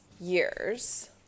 years